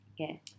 Okay